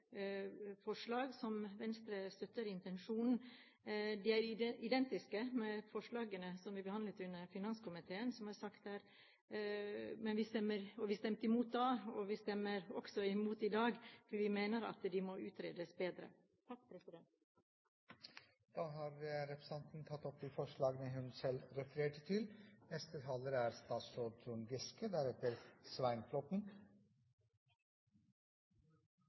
forslag som Venstre støtter intensjonen i. De er identiske med forslag som vi behandlet under finanskomiteen, som det er sagt her. Vi stemte imot da, og vi stemmer også imot i dag, for vi mener at de må utredes bedre. La meg først takke forslagsstillerne for at vi nok en gang kan diskutere forenkling i stortingssalen. Det tar jeg som et tegn på at engasjementet fortsatt er stort. Alle forslagene som kommer opp,